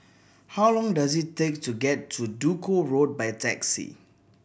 how long does it take to get to Duku Road by taxi